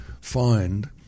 find